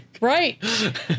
Right